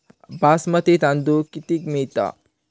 बासमती तांदूळ कितीक मिळता?